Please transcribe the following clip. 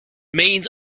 means